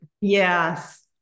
Yes